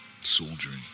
soldiering